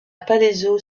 palaiseau